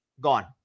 Gone